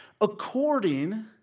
according